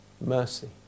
mercy